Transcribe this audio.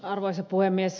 arvoisa puhemies